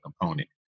component